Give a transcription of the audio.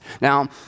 Now